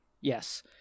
Yes